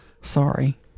Sorry